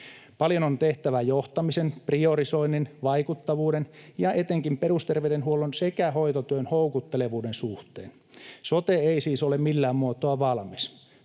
Paljon on tehtävä johtamisen, priorisoinnin, vaikuttavuuden sekä etenkin perusterveydenhuollon ja hoitotyön houkuttelevuuden suhteen. Sote ei siis ole millään muotoa valmis.